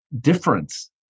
difference